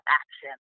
action